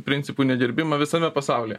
principų negerbimą visame pasaulyje